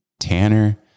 tanner